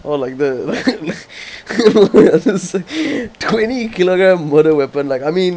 oh like that twenty kilogram murder weapon like I mean